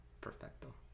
Perfecto